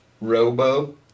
Robo